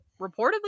reportedly